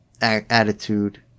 attitude